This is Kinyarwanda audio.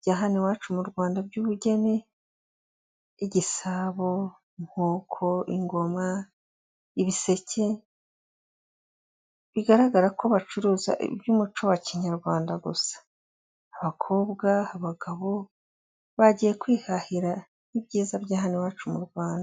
bya hano iwacu mu Rwanda by'ubugeni: igisabo, inkoko, ingoma, ibiseke, bigaragara ko bacuruza iby'umuco wa Kinyarwanda gusa. Abakobwa, abagabo bagiye kwihahira ibyiza bya hano iwacu mu Rwanda.